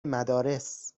مدارس